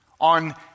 on